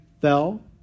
fell